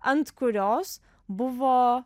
ant kurios buvo